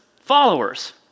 followers